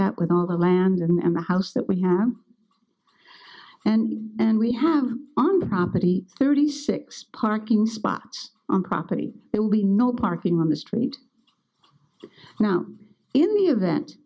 that with all the land and the house that we have and and we have on the property thirty six parking spots on property that will be no parking on the street now